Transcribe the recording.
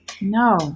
No